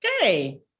Okay